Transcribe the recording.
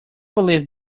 believe